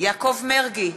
יעקב מרגי,